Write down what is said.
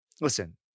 Listen